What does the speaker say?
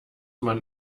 man